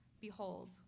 behold